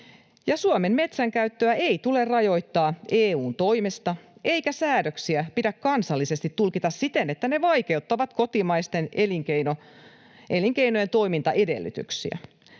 Suomen metsänkäyttöä ei tule rajoittaa EU:n toimesta, eikä säädöksiä pidä kansallisesti tulkita siten, että ne vaikeuttavat kotimaisten elinkeinojen toimintaedellytyksiä.